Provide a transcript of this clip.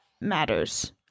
matters